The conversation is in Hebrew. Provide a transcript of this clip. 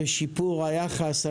שיפור היחס,